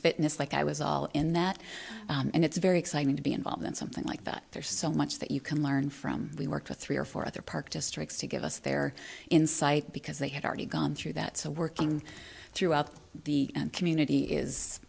fitness like i was all in that and it's very exciting to be involved in something like that there's so much that you can learn from we worked with three or four other park districts to give us their insight because they had already gone through that so working throughout the community is